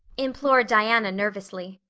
implored diana nervously.